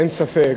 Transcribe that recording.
אין ספק